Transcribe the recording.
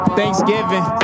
Thanksgiving